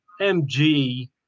MG